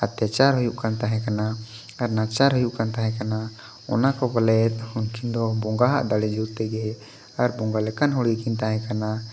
ᱚᱛᱛᱟᱪᱟᱨ ᱦᱩᱭᱩᱜ ᱠᱟᱱ ᱛᱟᱦᱮᱸ ᱠᱟᱱᱟ ᱟᱨ ᱱᱟᱪᱟᱨ ᱦᱩᱭᱩᱜ ᱠᱟᱱ ᱛᱟᱦᱮᱸ ᱠᱟᱱᱟ ᱚᱱᱟ ᱠᱚ ᱵᱚᱞᱮ ᱩᱱᱠᱤᱱ ᱫᱚ ᱵᱚᱸᱜᱟ ᱦᱟᱜ ᱫᱟᱲᱮ ᱡᱳᱨ ᱛᱮᱜᱮ ᱟᱨ ᱵᱚᱸᱜᱟ ᱞᱮᱠᱟᱱ ᱦᱚᱲ ᱜᱮᱠᱤᱱ ᱛᱟᱦᱮᱸ ᱠᱟᱱᱟ